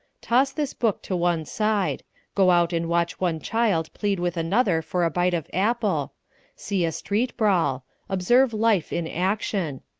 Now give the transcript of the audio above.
toss this book to one side go out and watch one child plead with another for a bite of apple see a street brawl observe life in action.